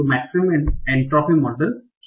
तो maximum entropy model क्या है